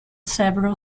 several